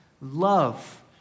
love